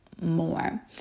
more